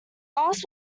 asks